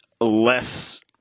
less